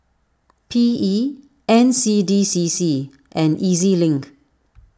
P E N C D C C and E Z Link